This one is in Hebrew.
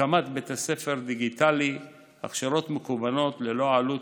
הקמת בית ספר דיגיטלי להכשרות מקוונות ללא עלות,